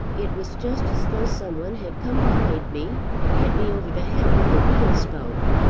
it was just as though some one had come behind me and hit me over the head with a wheel-spoke.